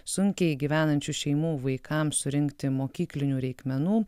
sunkiai gyvenančių šeimų vaikam surinkti mokyklinių reikmenų